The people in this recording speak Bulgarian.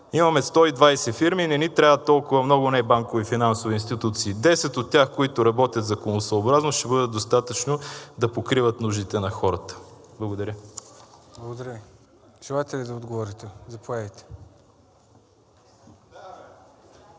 Имаме 120 фирми! Не ни трябват толкова много небанкови финансови институции, 10 от тях, които работят законосъобразно, ще бъдат достатъчни да покриват нуждите на хората. Благодаря. ПРЕДСЕДАТЕЛ ЦОНЧО ГАНЕВ: Благодаря. Желаете ли да отговорите? Заповядайте.